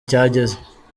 cyageze